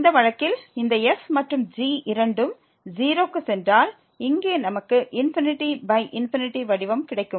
இந்த வழக்கில் இந்த f மற்றும் g இரண்டும் 0 க்கு சென்றால் இங்கே நமக்கு ∞∞ வடிவம் கிடைக்கும்